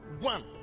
one